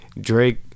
Drake